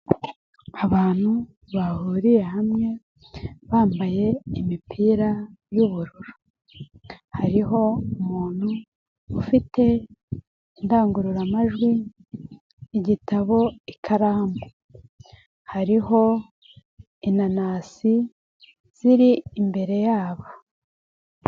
Abantu bahuriye hamwe, bambaye imipira y'ubururu. Hariho umuntu ufite, indangururamajwi, igitabo ikaramu. Hariho, inanasi, ziri imbere yabo.